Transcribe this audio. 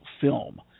film